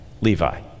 Levi